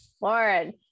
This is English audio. Lauren